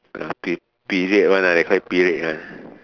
pe~ period one lah they call it period ya